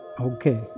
Okay